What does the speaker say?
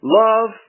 love